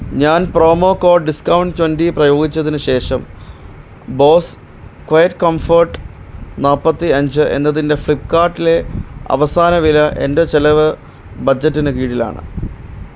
ഞാൻ promo code discount twenty പ്രയോഗിച്ചതിന് ശേഷം ബോസ് ക്വയറ്റ്കംഫർട്ട് നാപ്പത്തി അഞ്ച് എന്നതിൻ്റെ ഫ്ലിപ്പ്കാർട്ടിലെ അവസാന വില എൻ്റെ ചിലവ് ബജറ്റിന് കീഴിലാണ്